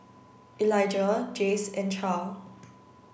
Elijah Jase and Charle